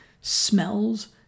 smells